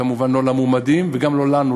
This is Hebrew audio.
וכמובן לא למועמדים, וגם לא לנו.